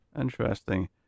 Interesting